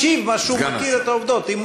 סגן השר משיב לפי העובדות שהוא מכיר.